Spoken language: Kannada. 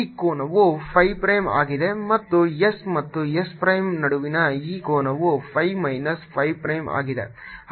ಈ ಕೋನವು phi ಪ್ರೈಮ್ ಆಗಿದೆ ಮತ್ತು s ಮತ್ತು s ಪ್ರೈಮ್ ನಡುವಿನ ಈ ಕೋನವು phi ಮೈನಸ್ phi ಪ್ರೈಮ್ ಆಗಿದೆ